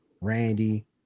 Randy